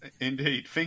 indeed